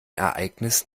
ereignis